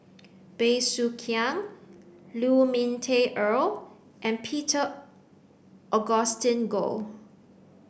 Bey Soo Khiang Lu Ming Teh Earl and Peter Augustine Goh